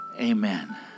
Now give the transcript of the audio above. Amen